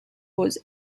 was